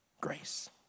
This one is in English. grace